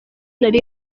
nari